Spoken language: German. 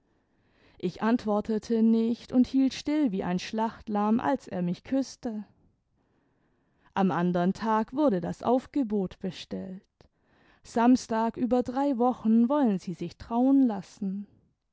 ich antwortete nicht und hielt still wie ein schlachtlamm als er mich küßte am andern tag wurde das aufgebot bestellt samstag über drei wochen wollen sie sich trauen lassen